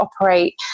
operate